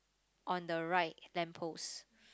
on the right lamp post